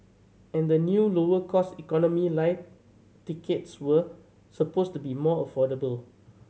and the new lower cost Economy Lite tickets were supposed to be more affordable